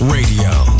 Radio